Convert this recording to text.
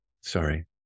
Sorry